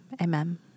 Amen